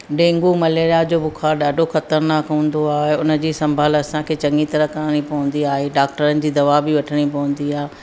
dengue malaria जो बुख़ार ॾाढो ख़तरनाक हूंदो आहे उन जी संभालु असांखे चङी तरह करिणी पवंदी आहे डॉक्टरनि जी दवा बि वठिणी पवंदी आहे